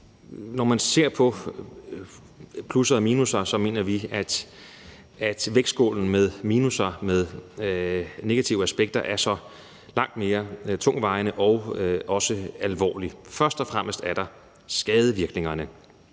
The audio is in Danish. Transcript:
Når man ser på plusser og minusser, mener vi, at vægtskålen med minusser og negative aspekter er langt mere tungtvejende og alvorlig end vægtskålen med plusser. Der er